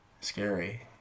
Scary